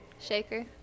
Shaker